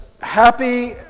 Happy